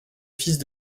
fils